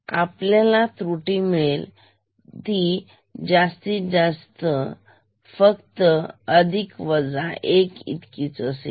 तर आपल्याला त्रुटी मिळेल ती जास्तीत जास्त फक्त अधिक वजा 1 इतकीच असेल